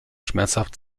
schmerzhaft